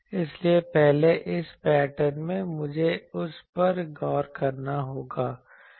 इसलिए पहले इस पैटर्न में मुझे उस पर गौर करना होगा